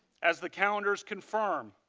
as the calendars confirm,